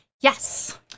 Yes